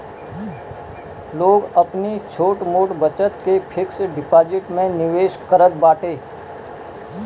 लोग अपनी छोट मोट बचत के फिक्स डिपाजिट में निवेश करत बाटे